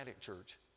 church